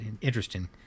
Interesting